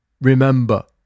remember